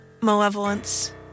malevolence